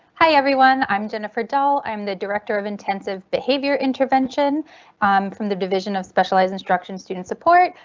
hi, everyone, i'm jennifer dull. i'm the director of intensive behavior intervention from the division of specialized instruction student support.